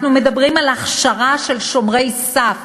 אנחנו מדברים על הכשרה של שומרי סף,